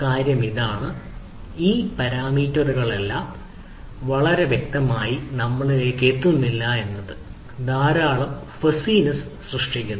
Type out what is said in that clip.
കാര്യം ഇതാണ് ഈ പരാമീറ്ററുകളെല്ലാം വളരെ വ്യക്തമായി നമ്മളിലേക്ക് എത്തുന്നില്ല എന്നത് ധാരാളം ഫസിനെസ്സ് സൃഷ്ടിക്കുന്നു